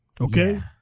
okay